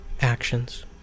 actions